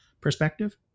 perspective